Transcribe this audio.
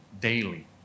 daily